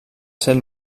ser